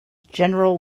general